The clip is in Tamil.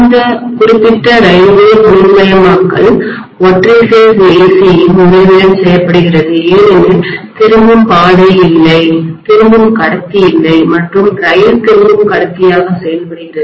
இந்த குறிப்பிட்ட ரயில்வே மின்மயமாக்கல் ஒற்றை பேஸ் ACயின் உதவியுடன் செய்யப்படுகிறது ஏனெனில் திரும்பும் பாதை இல்லை திரும்பும் கடத்தி இல்லை மற்றும் ரயில் திரும்பும் கடத்தியாக செயல்படுகிறது